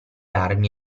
armi